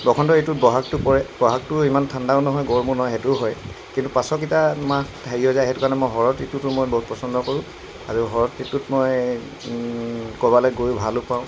বসন্ত ঋতু বহাগটো পৰে বহাগটো ইমান ঠাণ্ডাও নহয় গৰমো নহয় সেইটোও হয় কিন্তু পাছৰকেইটা মাহ হেৰি হৈ যায় সেইটো কাৰণে মই শৰৎ ঋতুটো মই পচন্দ কৰোঁ আৰু শৰৎ ঋতুত মই কৰ'বালৈ গৈও ভালো পাওঁ